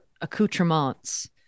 accoutrements